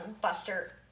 Buster